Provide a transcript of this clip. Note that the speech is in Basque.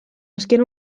azken